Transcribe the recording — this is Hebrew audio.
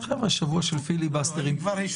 מבקש